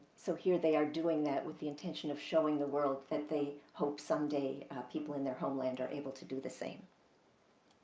so, here they are doing that with the intention of showing the world that they hope someday people in their homeland are able to do the same